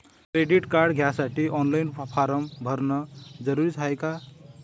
Credit card घ्यासाठी online form भरन जरुरीच हाय का?